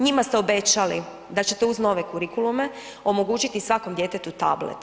Njima ste obećali da ćete uz nove kurikulume, omogućiti svakom djetetu tablet.